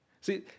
See